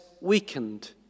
weakened